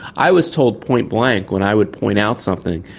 i was told point-blank when i would point out something,